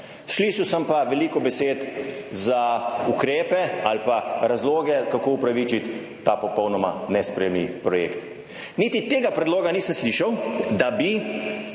Slišal sem pa veliko besed za ukrepe ali pa razloge kako upravičiti ta popolnoma nesprejemljiv projekt. Niti tega predloga nisem slišal, da bi